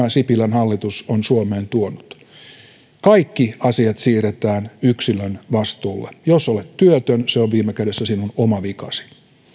sipilän hallitus on suomeen tuonut kaikki asiat siirretään yksilön vastuulle jos olet työtön se on viime kädessä sinun oma vikasi